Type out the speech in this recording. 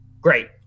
great